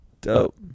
dope